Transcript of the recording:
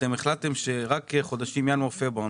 אתם החלטתם שרק חודשים ינואר-פברואר.